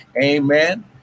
Amen